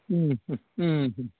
म् म् म्